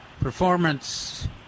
performance